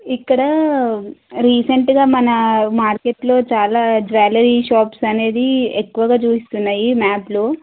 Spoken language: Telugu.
ఇక్కడ రీసెంట్గా మన మార్కెట్లో చాలా జ్యావలరీ షాప్స్ అనేవి ఎక్కువగా చూయిస్తున్నయి మ్యాప్లో